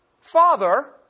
father